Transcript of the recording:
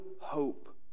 hope